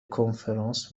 کنفرانس